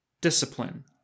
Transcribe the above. Discipline